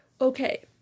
Okay